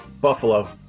Buffalo